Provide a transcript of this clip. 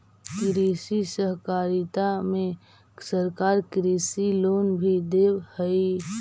कृषि सहकारिता में सरकार कृषि लोन भी देब हई